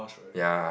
ya